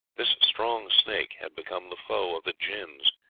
this strong snake had become the foe of the jins,